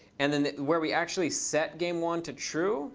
and then where we actually set gamewon to true